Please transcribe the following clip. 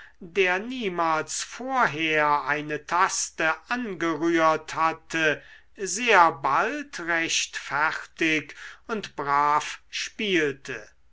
der niemals vorher eine taste angerührt hatte sehr bald recht fertig und brav spielte